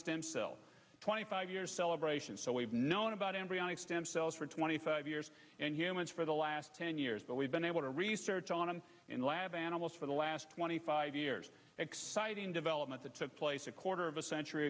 stem cell twenty five year celebration so we've known about embryonic stem cells for twenty five years for the last ten years but we've been able to research on in lab animals for the last twenty five years exciting development that took place a quarter of a century